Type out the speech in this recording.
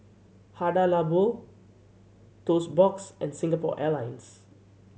Hada Labo Toast Box and Singapore Airlines